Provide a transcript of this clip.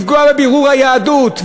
לפגוע בבירור היהדות.